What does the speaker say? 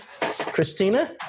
Christina